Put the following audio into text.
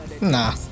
Nah